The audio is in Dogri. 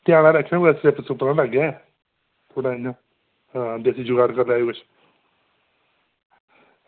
ध्यान गै रक्खेओ कुदै स्लिप स्लुप नि ना लग्गे थोह्ड़ा इ'यां देसी जगाड़ करी लैएओ किश